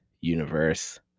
universe